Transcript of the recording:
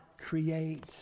create